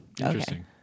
Interesting